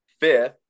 fifth